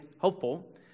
helpful